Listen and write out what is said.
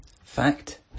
Fact